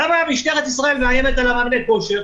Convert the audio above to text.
למה משטרת ישראל מאיימת על מאמני הכושר?